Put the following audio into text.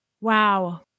Wow